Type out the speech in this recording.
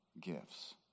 Gifts